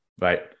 right